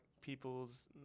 people's